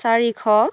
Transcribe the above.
চাৰিশ